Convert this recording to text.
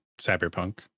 Cyberpunk